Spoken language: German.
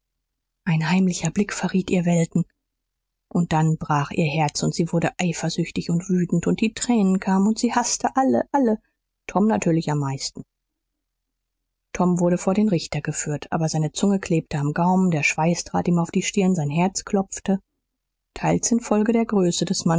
ein heimlicher blick verriet ihr welten und dann brach ihr herz und sie wurde eifersüchtig und wütend und die tränen kamen und sie haßte alle alle tom natürlich am meisten tom wurde vor den richter geführt aber seine zunge klebte am gaumen der schweiß trat ihm auf die stirn sein herz klopfte teils infolge der größe des